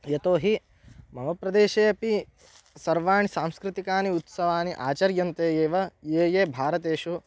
यतोहि मम प्रदेशे अपि सर्वाणि सांस्कृतिकानि उत्सवानि आचर्यन्ते एव ये ये भारतेषु